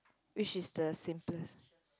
which is the simplest